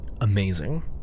amazing